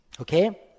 Okay